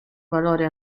valore